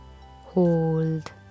hold